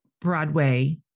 Broadway